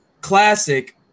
classic